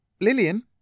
Lillian